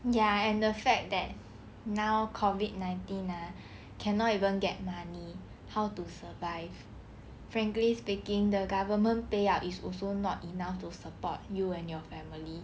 ya and the fact that now COVID nineteen ah cannot even get money how to survive frankly speaking the government payout is also not enough to support you and your family